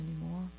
anymore